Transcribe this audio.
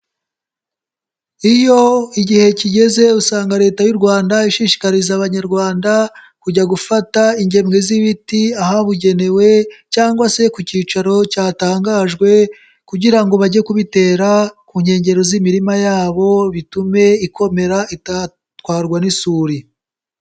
Iyo igihe kigeze usanga leta y'u Rwanda ishishikariza abanyarwanda kujya gufata ingemwe z'ibiti ahabugenewe cyangwa se ku cyicaro cyatangajwe kugira ngo bajye kubitera ku nkengero z'imirima yabo, bitume ikomera itatwarwa n'isuri.